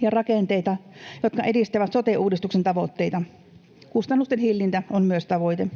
ja rakenteita, jotka edistävät sote-uudistuksen tavoitteita. Kustannusten hillintä on myös tavoite.